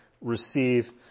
receive